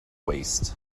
waste